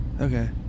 okay